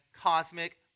cosmic